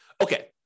Okay